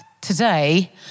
today